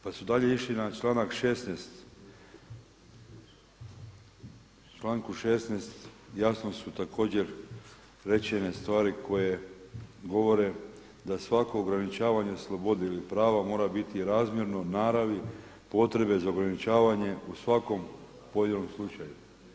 Pa su dalje išli na članak 16., u članku 16. jasno su također rečene stvari koje govore da svako ograničavanje slobode ili prava mora biti razmjerno naravi potrebe za ograničavanje u svakom pojedinom slučaju.